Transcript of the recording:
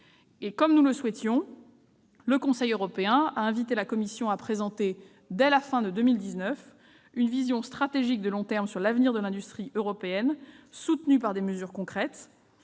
Comme nous le souhaitions, le Conseil européen a invité la Commission à présenter, dès la fin de 2019, une vision stratégique de long terme sur l'avenir de l'industrie européenne, soutenue par des mesures concrètes.